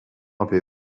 apie